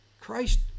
Christ